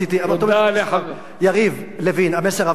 יריב לוין, המסר עבר?